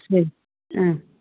சரி ம்